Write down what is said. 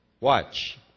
Watch